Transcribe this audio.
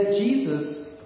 Jesus